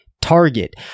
target